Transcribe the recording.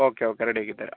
okay okay ready ആക്കി തരാം